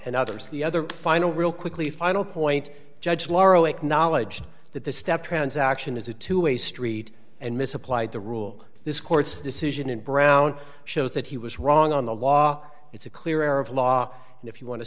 and others the other final real quickly final point judge laro acknowledged that the step transaction is a two way street and misapplied the rule this court's decision in brown shows that he was wrong on the law it's a clear error of law and if you want